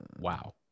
Wow